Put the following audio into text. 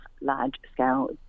large-scale